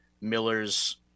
Miller's